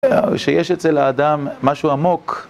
שיש אצל האדם משהו עמוק